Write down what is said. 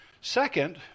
Second